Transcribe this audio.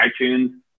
iTunes